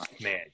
Man